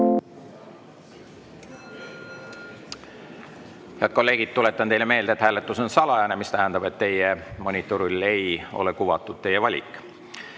kolleegid, tuletan teile meelde, et hääletus on salajane, mis tähendab, et teie monitoril ei ole kuvatud teie valik. Head